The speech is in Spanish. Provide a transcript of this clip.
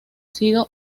sido